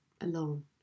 alone